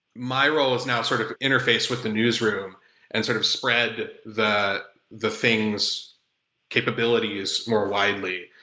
my role is now sort of interfaced with the newsroom and sort of spread the the things capabilities more widely.